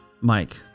Mike